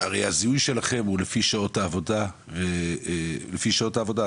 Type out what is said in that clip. הרי הזיהוי שלכם הוא לפי שעות העבודה ולפי שעות העבודה,